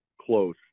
close